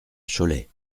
cholet